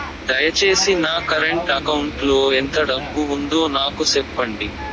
దయచేసి నా current account లో ఎంత డబ్బు ఉందో నాకు సెప్పండి